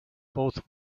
both